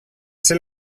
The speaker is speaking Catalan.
ser